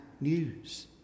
news